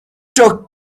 took